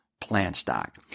Plantstock